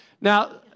Now